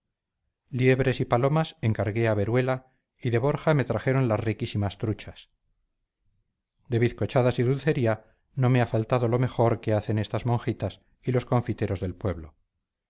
liebres y palomas encargué a veruela y de borja me trajeron las riquísimas truchas de bizcochadas y dulcería no me ha faltado lo mejor que hacen estas monjitas y los confiteros del pueblo